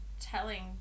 telling